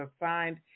assigned